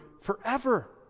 forever